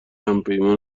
همپیمان